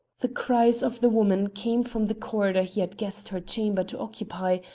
the cries of the woman came from the corridor he had guessed her chamber to occupy,